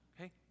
Okay